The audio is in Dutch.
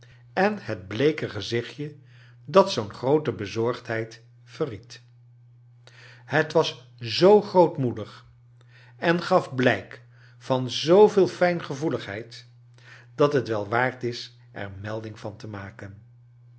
en het bleeke gezichtje dat zoo'n groote bezorgdheid verried het was zoo grootmoedig en gaf blijk van zooveel fijngevoeligheid dat het wel waard is er melding van te maken